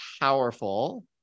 powerful